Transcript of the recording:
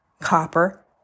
copper